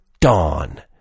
dawn